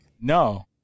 No